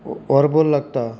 वरभर लागता